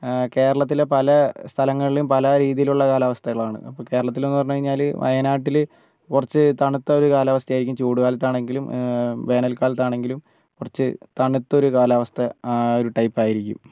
കേരളത്തിലെ പല സ്ഥലങ്ങളിലും പലരീതിയിലുള്ള കാലാവസ്ഥകളാണ് അപ്പോൾ കേരളത്തിൽ എന്ന് പറഞ്ഞുകഴിഞ്ഞാൽ വയനാട്ടിൽ കുറച്ച് തണുത്ത ഒരു കാലാവസ്ഥയായിരിക്കും ചൂടുകാലത്താണെങ്കിലും വേനൽ കാലത്താണെങ്കിലും കുറച്ച് തണുത്ത ഒരു കാലാവസ്ഥ ആ ഒരു ടൈപ്പ് ആയിരിക്കും